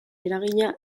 eragina